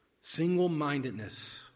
single-mindedness